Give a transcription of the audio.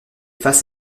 face